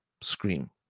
scream